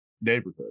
neighborhood